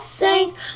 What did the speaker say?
saints